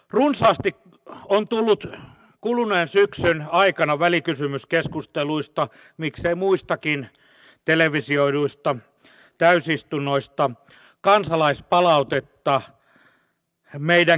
runsaasti on tullut kuluneen syksyn aikana välikysymyskeskusteluista miksei muistakin televisioiduista täysistunnoista kansalaispalautetta meidän käyttäytymisestämme